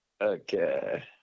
Okay